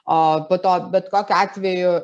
o po to bet kokiu atveju